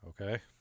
Okay